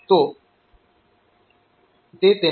તો તે તેને 7